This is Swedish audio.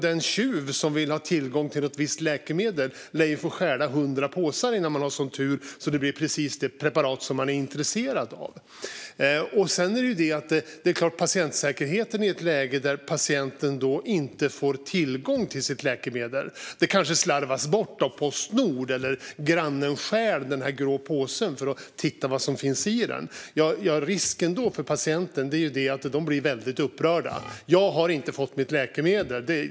Den tjuv som vill ha tillgång till ett visst läkemedel lär få stjäla hundra påsar innan man har sådan tur att det blir precis det preparat som man är intresserad av. Sedan har vi patientsäkerheten i ett läge när patienten inte får tillgång till sitt läkemedel. Det kanske har slarvats bort av Postnord, eller grannen kanske stjäl den grå påsen för att se vad som finns i den. Risken som uppstår är att patienten blir väldigt upprörd. "Jag har inte fått mitt läkemedel.